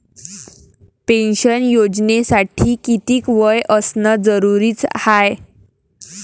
Pension योजनेसाठी कितीक वय असनं जरुरीच हाय?